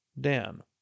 Dan